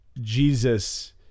Jesus